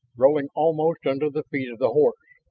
rolling almost under the feet of the horse,